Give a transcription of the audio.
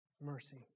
Mercy